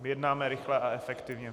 Jednáme rychle a efektivně.